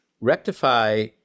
rectify